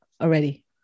already